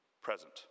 present